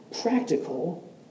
practical